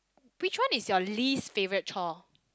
which one is your least favourite chore